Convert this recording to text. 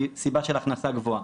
מסיבה של הכנסה גבוהה,